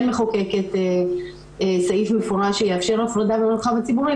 מחוקקת סעיף מפורש שיאפשר הפרדה במרחב הציבורי,